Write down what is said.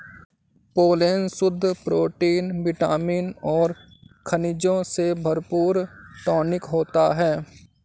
pollen शुद्ध protein vitamin और खनिजों से भरपूर टॉनिक होता है